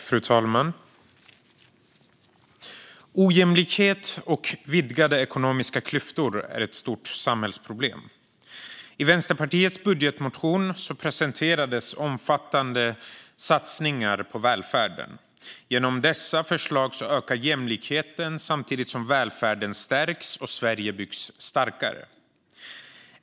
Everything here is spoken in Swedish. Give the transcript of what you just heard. Fru talman! Ojämlikhet och vidgade ekonomiska klyftor är ett stort samhällsproblem. I Vänsterpartiets budgetmotion presenteras omfattande satsningar på välfärden. Genom dessa förslag ökar jämlikheten samtidigt som välfärden stärks och Sverige byggs starkare.